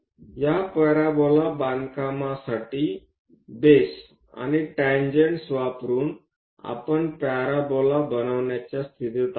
या पॅराबोला बांधकामासाठी बेस आणि टेंजेन्ट्स वापरुन आपण पॅरोबोला बनवण्याच्या स्थितीत आहोत